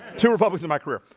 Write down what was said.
two republic's in my career.